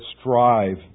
strive